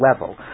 level